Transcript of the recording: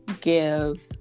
give